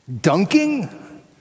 dunking